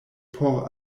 por